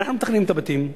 אנחנו מתכננים את הבתים,